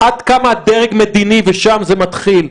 עד כמה הדרג המדיני, ושם זה מתחיל,